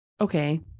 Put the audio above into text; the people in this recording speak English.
okay